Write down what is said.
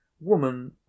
woman